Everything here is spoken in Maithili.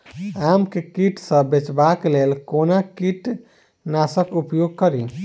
आम केँ कीट सऽ बचेबाक लेल कोना कीट नाशक उपयोग करि?